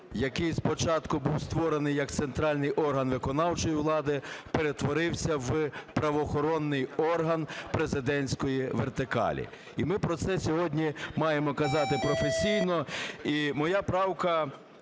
який спочатку був створений як центральний орган виконавчої влади, перетворився в правоохоронний орган президентської вертикалі і ми про це сьогодні маємо казати професійно.